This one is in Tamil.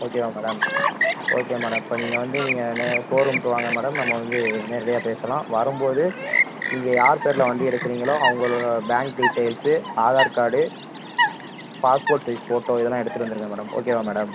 ஓகேவா மேடம் ஓகே மேடம் இப்போ நீங்கள் வந்து நீங்கள் நே ஷோரூமுக்கு வாங்க மேடம் நம்ம வந்து நேரடியாக பேசலாம் வரும்போது நீங்கள் யார் பேரில் வண்டி எடுக்குறீங்களோ அவங்களோட bank details Aadhaar card passport size photo இதெல்லாம் எடுத்துட்டு வந்துடுங்க மேடம் ஓகேவா மேடம்